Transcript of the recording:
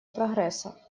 прогресса